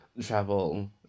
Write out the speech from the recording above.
Travel